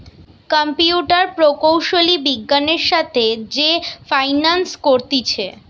computer প্রকৌশলী বিজ্ঞানের সাথে যে ফাইন্যান্স করতিছে